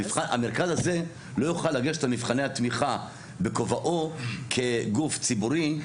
המרכז הזה לא יוכל לגשת למבחני התמיכה בכובעו כגוף ציבורי,